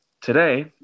Today